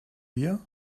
bier